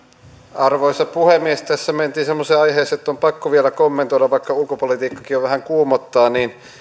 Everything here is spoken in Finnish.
arvoisa puhemies tässä mentiin semmoiseen aiheeseen että on pakko vielä kommentoida vaikka ulkopolitiikkakin jo vähän kuumottaa